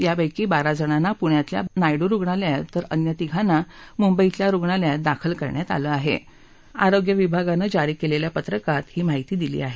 यापैकी बारा जणांना पुण्यातल्या नायडू रुग्णालयात तर अन्य तिघांना मुंबईतल्या रुग्णालयात दाखल करण्यात आलं आहे असं आरोग्य विभागानं जारी केलेल्या पत्रकात ही माहिती दिली आहे